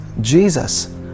Jesus